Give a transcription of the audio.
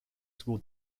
school